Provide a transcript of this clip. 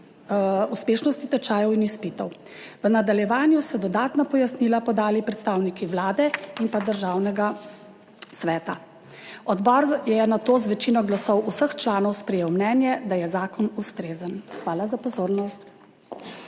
uspešnosti tečajev in izpitov. V nadaljevanju so dodatna pojasnila podali predstavniki Vlade in Državnega sveta. Odbor je nato z večino glasov vseh članov sprejel mnenje, da je zakon ustrezen. Hvala za pozornost.